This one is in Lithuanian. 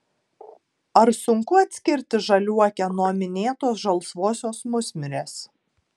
ar sunku atskirti žaliuokę nuo minėtos žalsvosios musmirės